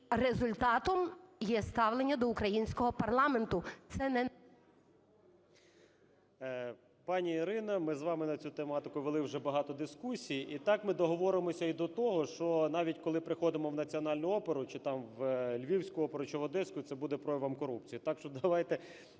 і результатом є ставлення до українського парламенту.